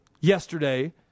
yesterday